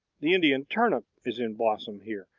the indian turnip is in blossom here,